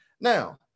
Now